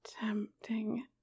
tempting